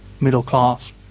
middle-class